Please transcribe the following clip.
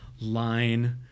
line